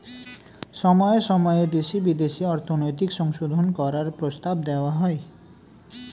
সময়ে সময়ে দেশে বিদেশে অর্থনৈতিক সংশোধন করার প্রস্তাব দেওয়া হয়